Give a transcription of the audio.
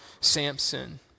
Samson